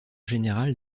général